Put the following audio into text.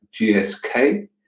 GSK